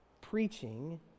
preaching